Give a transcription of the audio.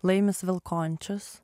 laimis vilkončius